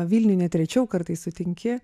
vilniuj net rečiau kartais sutinki